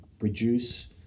reduce